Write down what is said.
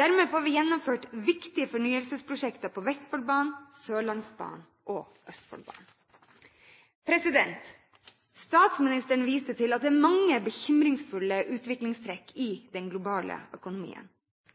Dermed får vi gjennomført viktige fornyelsesprosjekter på Vestfoldbanen, Sørlandsbanen og Østfoldbanen. Statsministeren viste til at det er mange bekymringsfulle utviklingstrekk i den globale økonomien.